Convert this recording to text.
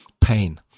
Pain